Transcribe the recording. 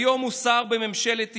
היום הוא שר בממשלת ישראל.